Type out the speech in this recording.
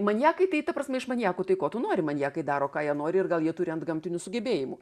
maniakai tai ta prasme iš maniakų tai ko tu nori maniakai daro ką jie nori ir gal jie turi antgamtinių sugebėjimų